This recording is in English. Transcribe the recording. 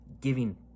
giving